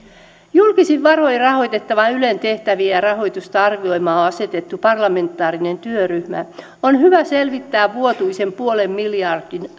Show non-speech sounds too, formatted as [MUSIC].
julkisin varoin rahoitettavan ylen tehtäviä ja rahoitusta arvioimaan on asetettu parlamentaarinen työryhmä on hyvä selvittää vuotuisen puolen miljardin [UNINTELLIGIBLE]